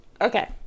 Okay